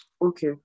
Okay